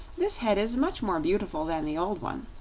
this head is much more beautiful than the old one.